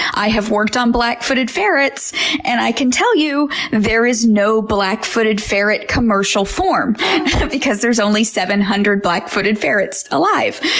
i have worked on black-footed ferrets and i can tell you there is no black-footed ferret commercial form because there's only seven hundred black-footed ferrets alive.